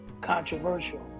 controversial